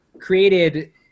created